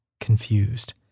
confused